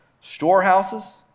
storehouses